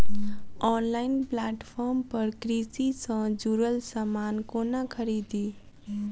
Online platform पर कृषि सँ जुड़ल समान कोना खरीदी?